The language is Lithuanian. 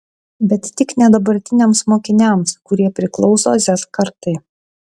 bet tik ne dabartiniams mokiniams kurie priklauso z kartai